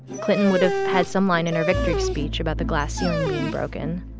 clinton would have had some line in her victory speech about the glass ceiling being broken,